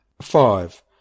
five